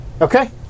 okay